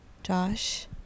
Josh